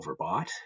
overbought